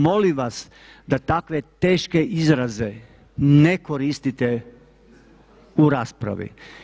Molim vas da takve teške izraze ne koristite u raspravi.